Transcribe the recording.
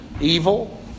evil